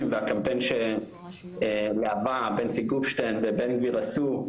והקמפיין של להבה בנצי גופשטיין ובן גביר עשו,